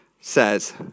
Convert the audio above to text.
says